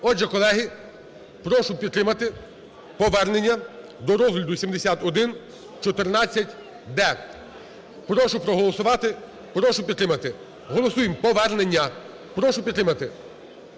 Отже, колеги, прошу підтримати повернення до розгляду 7114-д. Прошу проголосувати, прошу підтримати. Голосуємо повернення. Прошу підтримати.